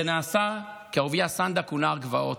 זה נעשה כי אהוביה סנדק הוא נער גבעות.